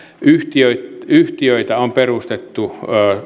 yhtiöitä on perustettu